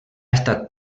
estat